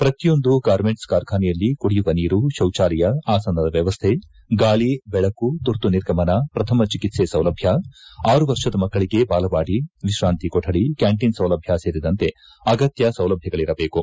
ಪ್ರತಿಯೊಂದು ಗಾರ್ಮೆಂಟ್ಸ್ ಕಾರ್ಖಾನೆಯಲ್ಲಿ ಕುಡಿಯುವ ನೀರು ಶೌಚಾಲಯ ಆಸನದ ವ್ಯವಸ್ಥೆ ಗಾಳಿ ಬೆಳಕು ಕುರ್ತು ನಿರ್ಗಮನ ಪ್ರಥಮ ಚಿಕಿತ್ಸೆ ಸೌಲಭ್ಯ ಆರು ವರ್ಷದ ಮಕ್ಕಳಿಗೆ ಬಾಲವಾಡಿ ವಿಶ್ವಾಂತಿ ಕೊಠಡಿ ಕ್ಕಾಂಟಿನ್ ಸೌಲಭ್ಯ ಸೇರಿದಂತೆ ಅಗತ್ಯ ಸೌಲಭ್ಯಗಳರಬೇಕು